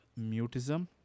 mutism